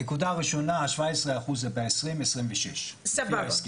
נקודה ראשונה, ה-17% זה ב-2026 לפי ההסכם.